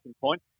point